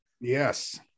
Yes